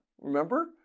Remember